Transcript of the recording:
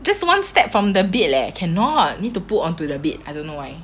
just one step from the bed leh cannot need to put onto the bed I don't know why